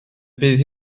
bydd